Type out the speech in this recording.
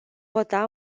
vota